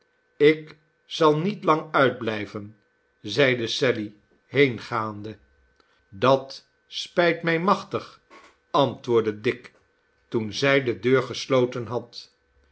ik zal niet lang uitblijven zeide sally heengaande dat spijt mij machtig antwoordde dick toen zij de deur gesloten had